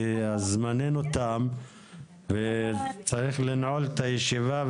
זמננו תם וצריך לנעול את הישיבה.